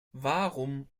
warum